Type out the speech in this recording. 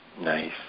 Nice